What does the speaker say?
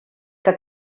que